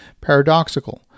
paradoxical